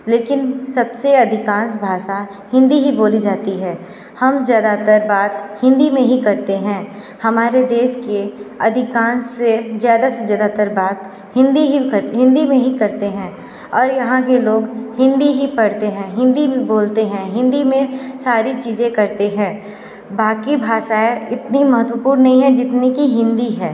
लेकिन सब से अधिकांश भाषा हिंदी ही बोली जाती है हम ज़्यादातर बात हिंदी में ही करते हैं हमारे देश के अधिकांश से ज़्यादा से ज़्यादातर बात हिंदी ही हिंदी में ही करते हैं और यहाँ के लोग हिंदी ही पढ़ते हैं हिंदी बोलते हैं हिंदी में सारी चीज़एं करते हैं बाक़ी भाषा इतनी महत्वपूर्ण नहीं है जितनी की हिंदी है